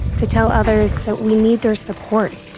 to tell others so we need their support